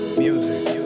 music